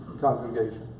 congregation